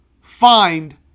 find